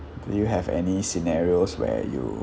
do you have any scenarios where you